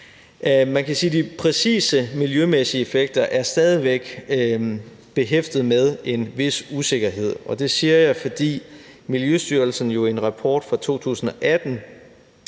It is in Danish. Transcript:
Man kan sige, at de præcise miljømæssige effekter stadig væk er behæftet med en vis usikkerhed. Det siger jeg, fordi Miljøstyrelsen i en rapport fra 2018